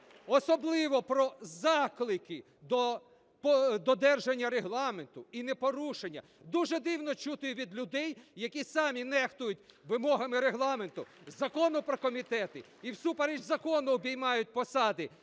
Особливо заклики про до додержання Регламенту і непорушення дуже дивно чути від людей, які самі нехтують вимогами Регламенту, Закону про комітети і всупереч закону обіймають посади